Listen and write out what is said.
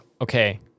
okay